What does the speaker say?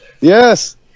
Yes